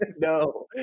no